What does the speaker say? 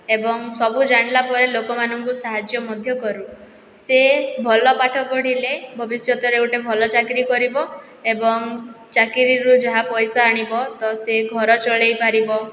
ଏବଂ ସବୁ ଜାଣିଲାପରେ ଲୋକମାନଙ୍କୁ ସାହାଯ୍ୟ ମଧ୍ୟ କରୁ ସେ ଭଲ ପାଠ ପଢ଼ିଲେ ଭବିଷ୍ୟତରେ ଗୋଟେ ଭଲ ଚାକିରି କରିବ ଏବଂ ଚାକିରିରୁ ଯାହା ପଇସା ଆଣିବ ତ ସେ ଘର ଚଳେଇପାରିବ